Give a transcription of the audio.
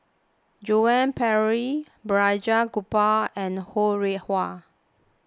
Joan Pereira Balraj Gopal and Ho Rih Hwa